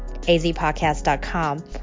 azpodcast.com